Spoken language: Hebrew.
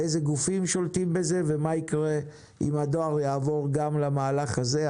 איזה גופים שולטים בזה ומה יקרה אם הדואר יעבור גם למהלך הזה,